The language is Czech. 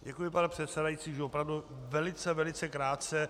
Děkuji, pane předsedající, již opravdu velice, velice krátce.